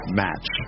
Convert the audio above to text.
match